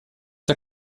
der